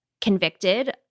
convicted